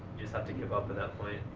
just have to give up at that point?